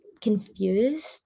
confused